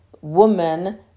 woman